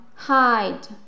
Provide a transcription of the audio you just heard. Hide